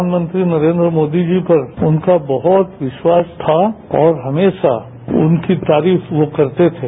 प्रधानमंत्री नरेन्द्र मोदी जी पर उनका बहुत विश्वास था और हमेशा उनकी तारीफ वो करते थे